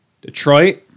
Detroit